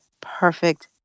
perfect